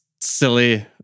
silly